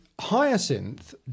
Hyacinth